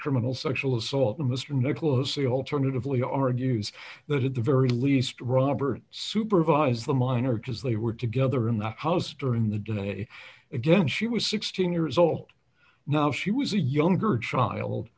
criminal sexual assault mr nicholas a whole target of leo argues that at the very least robert supervise the minor because they were together in the house during the day again she was sixteen years old now she was a younger child